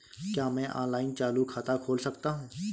क्या मैं ऑनलाइन चालू खाता खोल सकता हूँ?